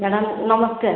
madam ନମସ୍କାର